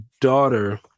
daughter